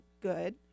good